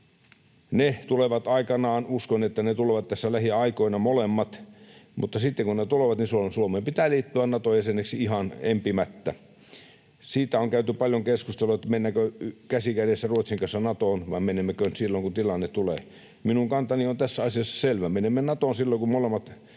Ne tulevat aikanaan — uskon, että ne tulevat tässä lähiaikoina molemmat — mutta sitten kun ne tulevat, niin Suomen pitää liittyä Naton jäseneksi ihan empimättä. Siitä on käyty paljon keskustelua, mennäänkö käsi kädessä Ruotsin kanssa Natoon vai menemmekö silloin, kun tilanne tulee. Minun kantani on tässä asiassa selvä: menemme Natoon silloin, kun molemmat